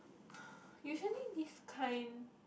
usually this kind